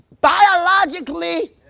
biologically